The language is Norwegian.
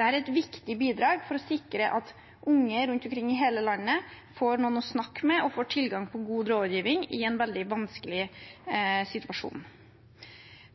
er et viktig bidrag for å sikre at unge i hele landet får noen å snakke med og får tilgang på god rådgivning i en veldig vanskelig situasjon.